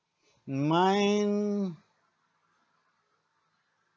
mine